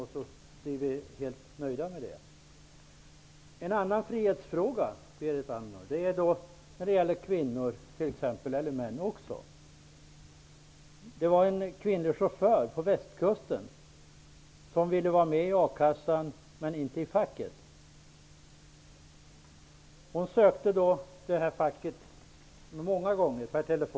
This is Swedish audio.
Jag vill ta upp ett exempel på en frihetsfråga för kvinnor -- även för män. En kvinnlig chaufför på Västkusten ville vara med i a-kassan men inte i fackföreningen för övrigt. Hon sökte fackföreningen många gånger per telefon.